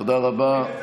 תודה רבה.